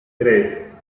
tres